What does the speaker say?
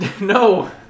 No